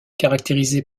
caractérisé